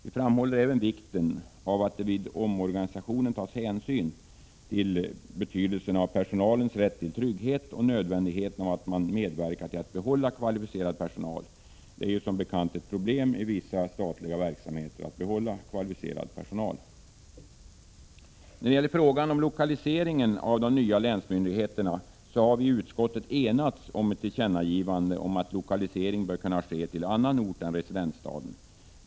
Vi framhåller även vikten av att det vid omorganisationen tas hänsyn till betydelsen av personalens rätt till trygghet och nödvändigheten av att man medverkar till att behålla kvalificerad personal, vilket ju är ett problem för vissa offentliga verksamheter. När det gäller frågan om lokalisering av de nya länsmyndigheterna har vi i utskottet enats om ett tillkännagivande om att lokaliseringen även bör kunna ske till annan ort än residensstaden.